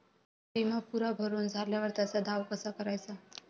बिमा पुरा भरून झाल्यावर त्याचा दावा कसा कराचा?